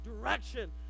direction